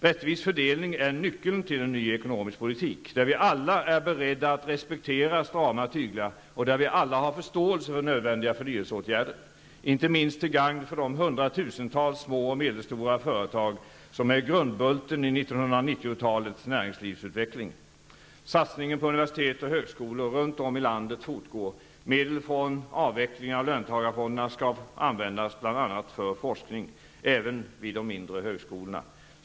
Rättvis fördelning är nyckeln till en ny ekonomisk politik, där vi alla är beredda att respektera strama tyglar och där vi alla har förståelse för nödvändiga förnyelseåtgärder -- inte minst till gagn för de hundratusentals små och medelstora företag som är grundbulten i 1990-talets näringslivsutveckling. Satsningen på universitet och högskolor, runt om i landet, fortgår. Medel från avvecklingen av löntagarfonderna skall användas för bl.a. forskning, även vid de mindre högskolorna.